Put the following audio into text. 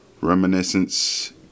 Reminiscence